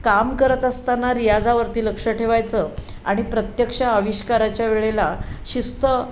काम करत असताना रियाजावरती लक्ष ठेवायचं आणि प्रत्यक्ष आविष्काराच्या वेळेला शिस्त